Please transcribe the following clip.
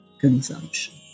consumption